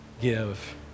give